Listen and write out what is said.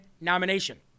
nomination